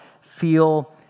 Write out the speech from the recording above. feel